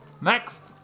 next